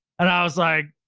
and i was like,